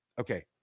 Okay